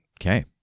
Okay